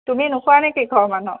তুমি নোখোৱা নেকি ঘৰ মানহ